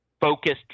focused